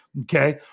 Okay